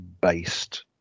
based